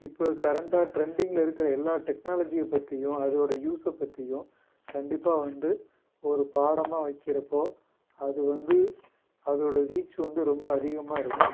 இப்போ கரெண்ட்டாக ட்ரெண்ட்டிங்கில் இருக்கிற எல்லா டெக்னாலஜியை பற்றியும் அதோட யூஸை பற்றியும் கண்டிப்பாக வந்து ஒரு பாடமாக வைக்கிறப்போ அது வந்து அதோடு ரீச் வந்து ரொம்ப அதிகமாக இருக்கும்